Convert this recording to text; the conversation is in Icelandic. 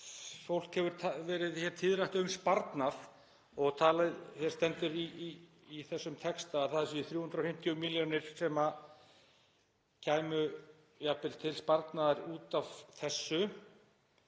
fólki hefur orðið hér tíðrætt um sparnað og það stendur í þessum texta að það séu 350 milljónir sem kæmu jafnvel til sparnaðar út af þessu.